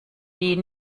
die